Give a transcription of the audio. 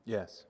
Yes